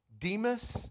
Demas